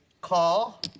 call